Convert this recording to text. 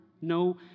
No